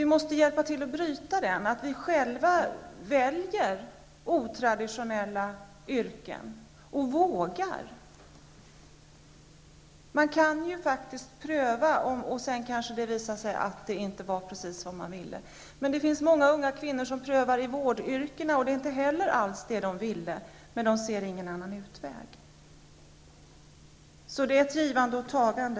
Vi måste se till att vi själva väljer otraditionella yrken och att vi vågar göra det. Man kan ju faktiskt pröva, även om det sedan visar sig att det inte var precis vad man ville. Det finns ju också många unga kvinnor som prövar vårdyrken, fast det inte heller är vad de ville. Men de ser ingen annan utväg. Det är alltså ett givande och tagande.